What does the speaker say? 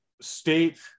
state